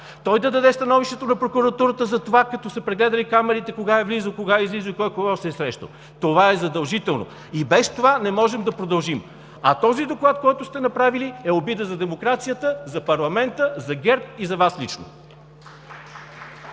той да даде становището на прокуратурата за това, като са прегледали камерите – кой кога е влизал, кога е излизал, кой с кого се е срещал. Това е задължително и без него не можем да продължим. А този доклад, който сте направили, е обида за демокрацията, за парламента, за ГЕРБ и за Вас лично!